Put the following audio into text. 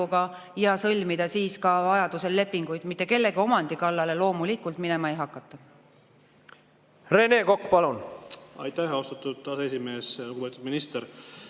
ja sõlmida vajadusel lepingud. Mitte kellegi omandi kallale loomulikult minema ei hakata.